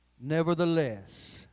nevertheless